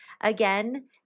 Again